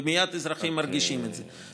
ומייד אזרחים מרגישים את זה.